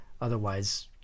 Otherwise